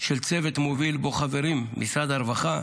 של צוות מוביל שבו חברים משרד הרווחה,